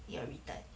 you're retard